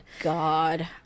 God